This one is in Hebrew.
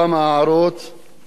לערוצי התקשורת,